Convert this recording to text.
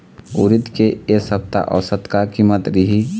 उरीद के ए सप्ता औसत का कीमत रिही?